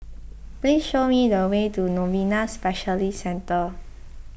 please show me the way to Novena Specialist Centre